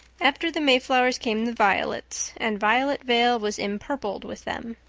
after the mayflowers came the violets, and violet vale was empurpled with them.